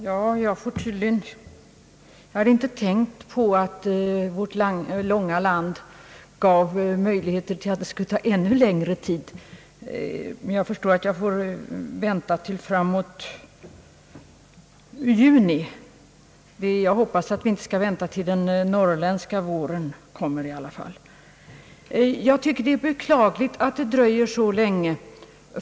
Herr talman! Jag hade inte tänkt på att vårt avlånga land gav möjligheter till ytterligare dröjsmål, men jag förstår att det kan dröja till fram emot juni innan den nya utredningen tillsättes — jag hoppas att inte behöva vänta ända tills den norrländska våren kommer. Jag beklagar att det dröjer så länge.